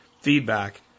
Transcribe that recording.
feedback